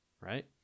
right